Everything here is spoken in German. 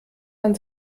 man